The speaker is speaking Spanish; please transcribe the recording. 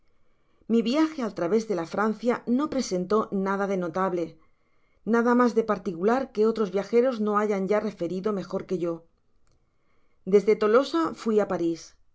mi viaje al traves de la francia no presentó nada de notable nada mas de particular que otros viajeros no hayan ya referido mejor que yo desde tolosa fui á paris